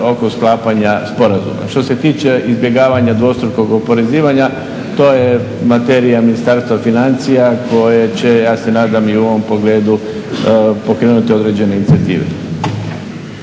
oko sklapanja sporazuma. Što se tiče izbjegavanja dvostrukog oporezivanja to je materija Ministarstva financija koje će ja se nadam i u ovom pogledu pokrenuti određene inicijative.